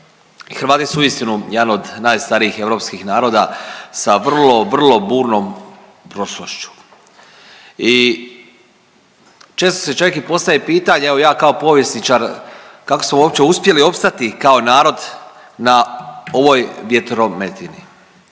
Hrvati su uistinu jedan od najstarijih europskih naroda sa vrlo, vrlo burnom prošlošću i često si čovjek i postavi pitanje, evo ja kao povjesničar kako smo uopće uspjeli opstati kao narod na ovoj vjetrometini.